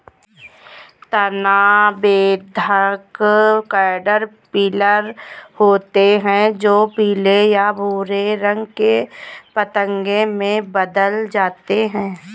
तना बेधक कैटरपिलर होते हैं जो पीले या भूरे रंग के पतंगे में बदल जाते हैं